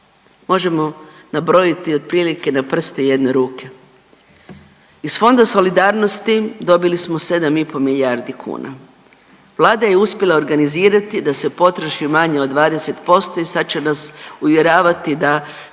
Možemo nabrojiti otprilike na prste jedne ruke. Iz fonda solidarnosti dobili smo 7,5 milijardi kuna, Vlada je uspjela organizirati da se potroši manje od 20% i sad će nas uvjeravati da